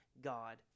God